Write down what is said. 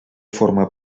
forma